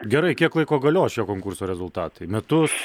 gerai kiek laiko galios šio konkurso rezultatai metus